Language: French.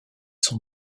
son